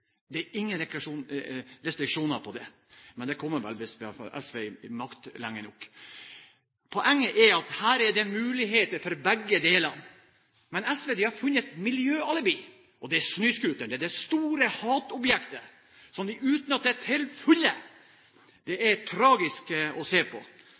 det er ingen restriksjoner på det. Men det kommer vel hvis vi får ha SV ved makten lenge nok. Poenget er at her er det muligheter for begge deler. Men SV har funnet et miljøalibi, og det er snøscooteren. Det er det store hatobjektet, som de utnytter til fulle. Det er tragisk å høre på.